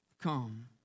Come